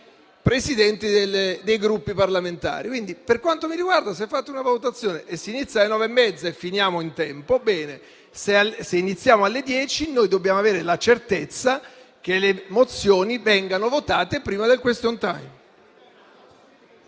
Presidenti dei Gruppi parlamentari. Per quanto mi riguarda, se fate una valutazione per cui si inizia alle ore 9,30 e finiamo in tempo, va bene; se iniziamo alle ore 10, noi dobbiamo avere la certezza che le mozioni vengano votate prima del *question time.*